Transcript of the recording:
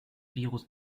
virus